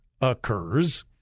occurs